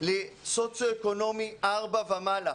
לסוציו אקונומי ארבע ומעלה.